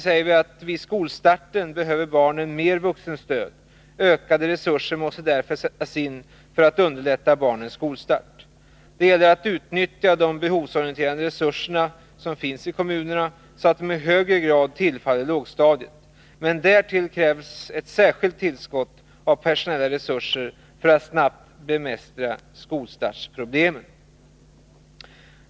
6. Vid skolstarten behöver barnen mer vuxenstöd. Ökade resurser måste därför sättas in för att underlätta barnens skolstart. Det gäller att utnyttja de behovsorienterade resurser som finns i kommunerna, så att de i högre grad tillfaller lågstadiet, men därtill krävs ett särskilt tillskott av personella resurser för att snabbt bemästra skolstartsproblemen.